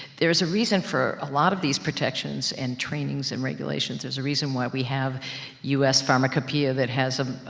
there is a reason for a lot of these protections, and trainings, and regulations. there's a reason why we have us pharmacopeia, that has ah